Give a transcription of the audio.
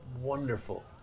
wonderful